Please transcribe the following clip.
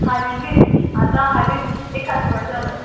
हालींचीच आतां हालीं एक आठवडो जालो